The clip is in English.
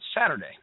Saturday